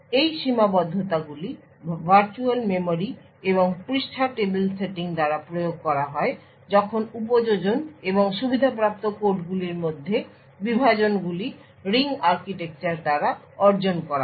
এই সীমাবদ্ধতাগুলি virtual memory এবং পৃষ্ঠা টেবিল সেটিং দ্বারা প্রয়োগ করা হয় যখন উপযোজন এবং সুবিধাপ্রাপ্ত কোডগুলির মধ্যে বিভাজনগুলি রিং আর্কিটেকচার দ্বারা অর্জন করা হয়